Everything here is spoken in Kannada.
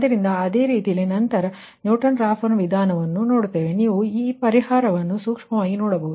ಆದ್ದರಿಂದ ಅದೇ ರೀತಿಯಲ್ಲಿ ನಂತರ ನ್ಯೂಟನ್ ರಾಫ್ಸನ್ ವಿಧಾನವನ್ನು ನೋಡುತ್ತೇವೆ ಮತ್ತು ನೀವು ಆ ಪರಿಹಾರವನ್ನು ಕಾನ್ವೆಕ್ಸ್ ಆಗಿ ನೋಡಬೇಕು